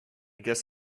guess